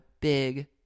big